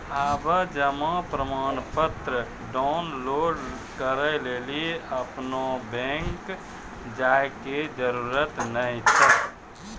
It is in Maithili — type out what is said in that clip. आबे जमा प्रमाणपत्र डाउनलोड करै लेली अपनो बैंक जाय के जरुरत नाय छै